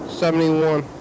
seventy-one